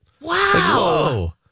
Wow